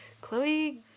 Chloe